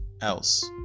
else